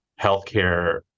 healthcare